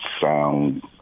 sound